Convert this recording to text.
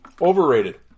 Overrated